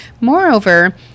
moreover